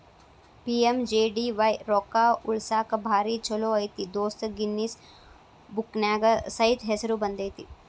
PMJDY ರೊಕ್ಕಾ ಉಳಸಾಕ ಭಾರಿ ಛೋಲೋ ಐತಿ ದೋಸ್ತ ಗಿನ್ನಿಸ್ ಬುಕ್ನ್ಯಾಗ ಸೈತ ಹೆಸರು ಬಂದೈತಿ